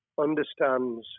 understands